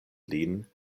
lin